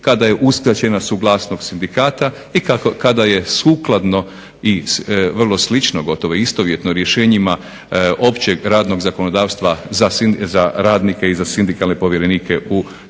kada je uskraćena suglasnost sindikata i kada je sukladno i vrlo slično gotovo istovjetno rješenjima općeg radnog zakonodavstva za radnike i sindikalne povjerenike u tom